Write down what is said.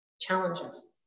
challenges